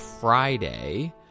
friday